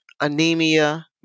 Anemia